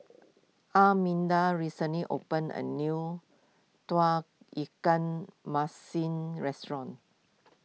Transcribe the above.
Arminda recently opened a new Tauge Ikan Masin restaurant